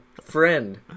Friend